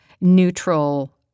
neutral